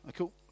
Okay